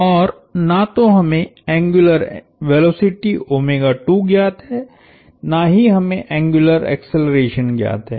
और ना तो हमें एंग्युलर वेलोसिटी ज्ञात हैं ना ही हमें एंग्युलर एक्सेलरेशन ज्ञात हैं